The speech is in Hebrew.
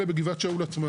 א' בגבעת שאול עצמה,